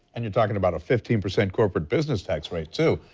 and you're talking about a fifteen percent corporate business tax rate, too.